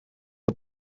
the